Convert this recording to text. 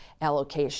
allocation